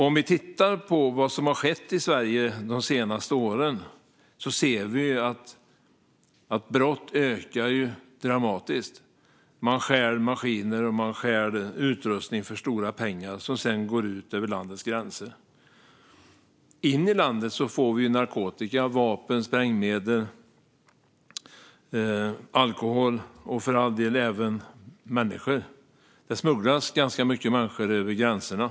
Om vi tittar på vad som har skett i Sverige de senaste åren ser vi att brotten ökar dramatiskt. Man stjäl maskiner och utrustning för stora belopp, som sedan går ut ur landet. In i landet får vi narkotika, vapen, sprängmedel, alkohol och även människor. Det smugglas ganska mycket människor över gränserna.